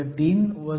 3 0